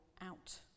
out